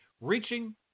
Reaching